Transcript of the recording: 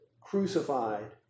crucified